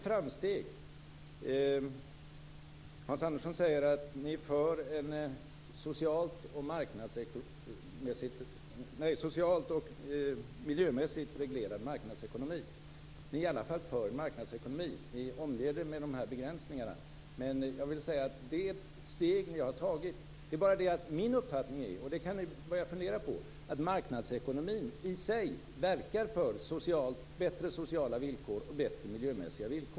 Fru talman! Det är ett framsteg. Hans Andersson säger att vänsterpartisterna är för en socialt och miljömässigt reglerad marknadsekonomi. De är alltså i alla fall för marknadsekonomi, även om de omger sig med de här begränsningarna. Jag vill säga att det är ett steg de har tagit. Det är bara det att min uppfattning är - och det kan vänsterpartisterna fundera på - att marknadsekonomi i sig verkar för bättre sociala och miljömässiga villkor.